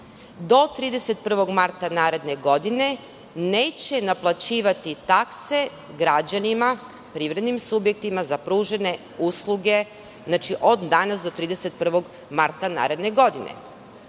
do 31. marta naredne godine neće naplaćivati takse građanima, privrednim subjektima za pružene usluge, znači, od danas do 31. marta naredne godine? Mi